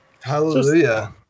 Hallelujah